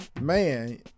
man